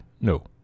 No